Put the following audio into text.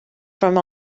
from